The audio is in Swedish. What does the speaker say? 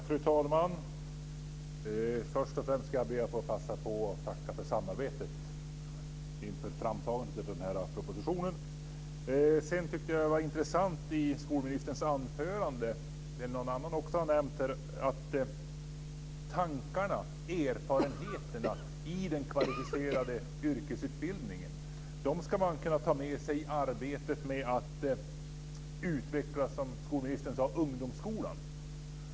Fru talman! Först och främst ska jag be att få passa på att tacka för samarbetet inför framtagandet av denna proposition. Jag tyckte att det var intressant att höra skolministern tala om i sitt anförande - någon annan har också nämnt det - att man ska kunna ta med sig tankarna och erfarenheterna i den kvalificerade yrkesutbildningen i arbetet med att utveckla, som skolministern sade, ungdomsskolan.